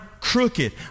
crooked